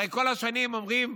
הרי כל השנים אומרים: